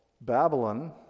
Babylon